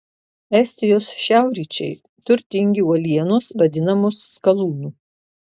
estijos šiaurryčiai turtingi uolienos vadinamos skalūnu